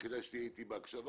כדאי שתהיה איתי בהקשבה.